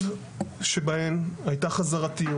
אבל תמיר יש פה שאלה הרבה יותר מהותית,